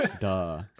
Duh